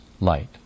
light